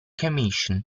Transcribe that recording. commission